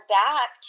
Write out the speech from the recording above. back